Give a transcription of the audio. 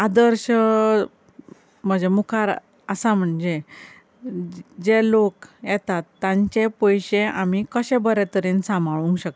आदर्श म्हज्या मुखार आसा म्हणजे जे जे लोक येतात तांचे पयशे आमी कशे बऱ्या तरेन सांबाळूंक शकता